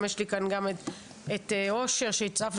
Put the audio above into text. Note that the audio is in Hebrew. יש לי כאן גם את אושר ומיכל.